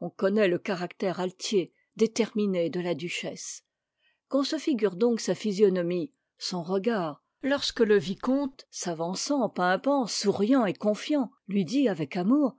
on connaît le caractère altier déterminé de la duchesse qu'on se figure donc sa physionomie son regard lorsque le vicomte s'avançant pimpant souriant et confiant lui dit avec amour